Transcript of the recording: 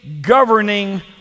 governing